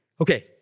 Okay